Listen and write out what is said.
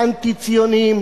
האנטי-ציוניים,